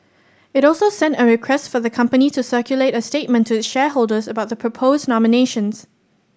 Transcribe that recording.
it also sent a request for the company to circulate a statement to its shareholders about the proposed nominations